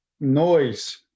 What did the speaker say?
noise